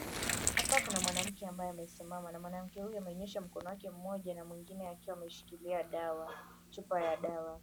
Hapa kuna mwanamke ambaye amesimama na mwanamke huyu amenyosha mkono wake mmoja na mwingine akiwa ameshikilia dawa chupa ya dawa.